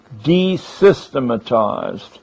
desystematized